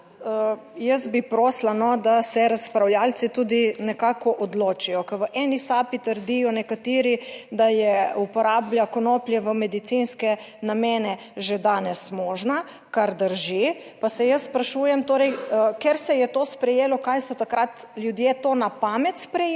Jaz bi prosila, da se razpravljavci tudi nekako odločijo, ker v eni sapi trdijo nekateri, da je uporaba konoplje v medicinske namene že danes možna, kar drži, pa se jaz sprašujem, torej, ker se je to sprejelo, kaj so takrat ljudje to na pamet sprejemali,